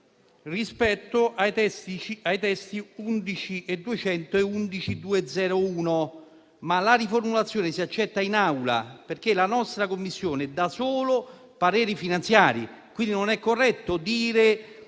emendamenti 11.200 e 11.201, ma la riformulazione si accetta in Aula, perché la nostra Commissione dà solo pareri finanziari. Quindi, non è corretto dire